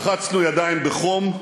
לחצנו ידיים בחום,